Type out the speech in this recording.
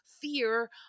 fear